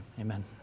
amen